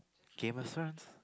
Game of Thrones